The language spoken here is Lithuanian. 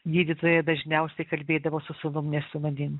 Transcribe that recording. gydytojai dažniausiai kalbėdavo su sūnum ne su manim